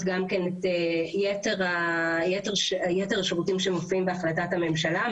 גם כן את יתר השירותים שמופיעים בהחלטת הממשלה.